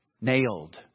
nailed